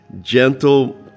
gentle